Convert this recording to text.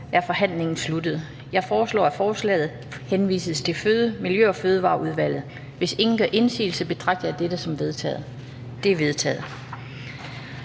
er forhandlingen sluttet. Jeg foreslår, at forslaget henvises til Miljø- og Fødevareudvalget. Hvis ingen gør indsigelse, betragter jeg dette som vedtaget. Det er vedtaget.